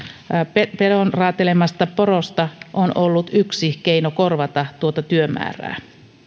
pedon raatelemasta porosta on ollut yksi keino korvata tuota työmäärää